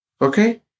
Okay